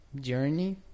journey